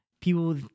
people